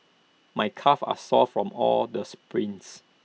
my calves are sore from all the sprints